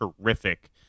terrific